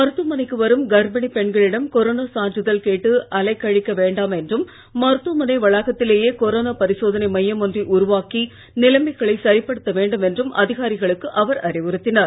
மருத்துவமனைக்குவரும்கர்ப்பிணிப்பெண்களிடம்கொரோனாசான்றிதழ் கேட்டுஅலைக்கழிக்கவேண்டாம்என்றும்மருத்துவமனைவளாகத்திலேயே கொரோனாபரிசோதனைமையம்ஒன்றைஉருவாக்கிநிலைமைகளைசரிப்ப டுத்தவேண்டும்என்றும்அதிகாரிகளுக்குஅவர்அறிவுறுத்தினார்